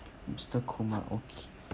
mister Kumar okay